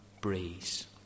breeze